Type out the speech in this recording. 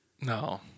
No